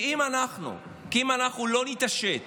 אם אנחנו לא נתעשת